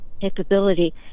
capability